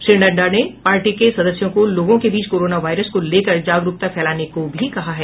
श्री नड्डा ने पार्टी के सदस्यों को लोगों के बीच कोरोना वायरस को लेकर जागरूकता फैलाने को भी कहा है